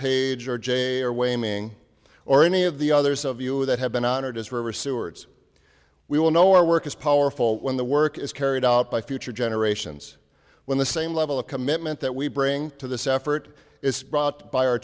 page or j or waning or any of the others of you that have been honored as were seward's we will know our work is powerful when the work is carried out by future generations when the same level of commitment that we bring to this effort is brought by our